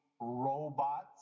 robots